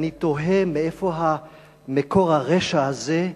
ואני תוהה מאיפה מקור הרשע הזה,